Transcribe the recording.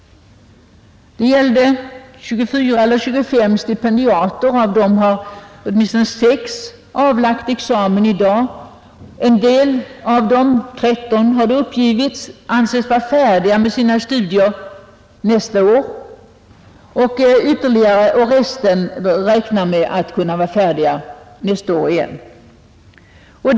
Det gällde 24 eller 25 stipendiater och av dem har åtminstone 6 i dag avlagt examen. En del av dem — enligt uppgift 13 — anses bli färdiga med sina studier nästa år och de övriga räknar med att kunna vara färdiga året därpå.